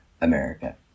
America